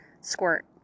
Squirt